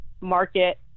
market